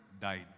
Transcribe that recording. died